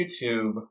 YouTube